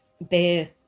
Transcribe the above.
Bear